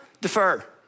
defer